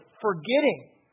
forgetting